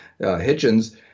Hitchens